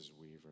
Weaver